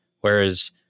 Whereas